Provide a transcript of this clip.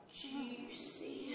juicy